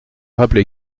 rappeler